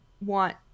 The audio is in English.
want